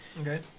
Okay